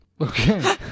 Okay